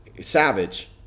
savage